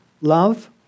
Love